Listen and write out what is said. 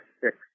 six